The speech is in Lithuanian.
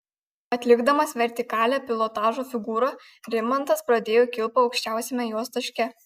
atlikdamas vertikalią pilotažo figūrą rimantas pradėjo kilpą aukščiausiame jos taške